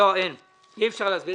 לא, אי אפשר להסביר.